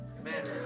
Amen